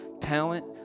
talent